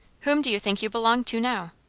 whom do you think you belong to now?